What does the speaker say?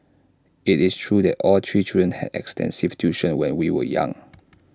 IT is true that all three children had extensive tuition when we were young